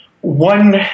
One